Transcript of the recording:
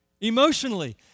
Emotionally